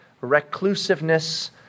reclusiveness